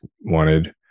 wanted